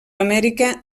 amèrica